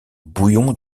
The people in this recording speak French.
bouillon